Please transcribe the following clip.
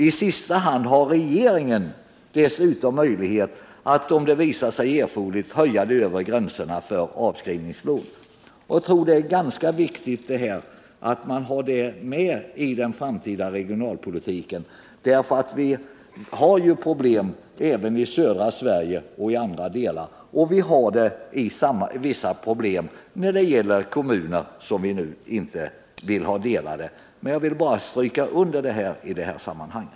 I sista hand har regeringen dessutom möjlighet att, om det visar sig erforderligt, höja den övre gränsen för bl.a. avskrivningslån.” Jag tycker det är ganska viktigt att man har detta med i den framtida regionalpolitiken. Vi har ju problem även i södra Sverige och på andra håll, och vi har vissa problem när det gäller kommuner som vi nu inte vill ha delade. Jag vill bara stryka under detta i det här sammanhanget.